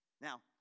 now